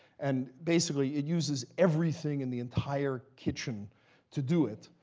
and basically, it uses everything in the entire kitchen to do it.